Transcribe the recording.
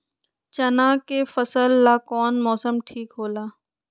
चाना के फसल ला कौन मौसम ठीक होला?